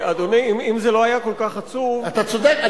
אדוני, אם זה לא היה כל כך עצוב, אתה צודק.